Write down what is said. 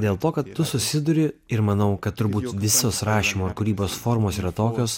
dėl to kad tu susiduri ir manau kad turbūt visos rašymo ir kūrybos formos yra tokios